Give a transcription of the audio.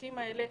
1,600 אנשים.